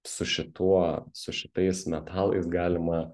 su šituo su šitais metalais galima